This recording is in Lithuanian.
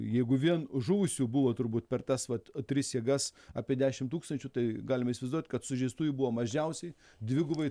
jeigu vien žuvusių buvo turbūt per tas vat tris jėgas apie dešim tūkstančių tai galima įsivaizduot kad sužeistųjų buvo mažiausiai dvigubai